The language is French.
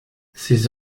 ces